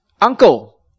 uncle